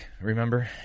Remember